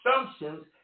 assumptions